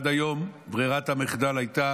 עד היום ברירת המחדל הייתה